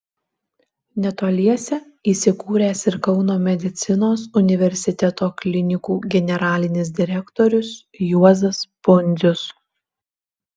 netoliese įsikūręs ir kauno medicinos universiteto klinikų generalinis direktorius juozas pundzius